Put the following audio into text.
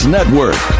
Network